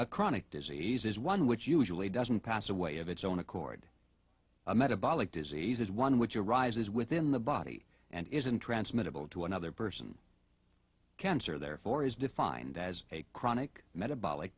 a chronic disease is one which usually doesn't pass away of its own accord metabolic diseases one which arises within the body and isn't transmittable to another person cancer therefore is defined as a chronic metabolic